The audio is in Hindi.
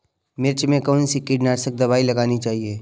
मिर्च में कौन सी कीटनाशक दबाई लगानी चाहिए?